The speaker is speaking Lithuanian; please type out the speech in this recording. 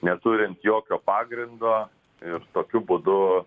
neturint jokio pagrindo ir tokiu būdu